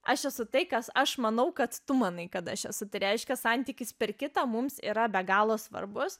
aš esu tai kasaš manau kad tu manai kad aš esu tai reiškia santykis per kitą mums yra be galo svarbus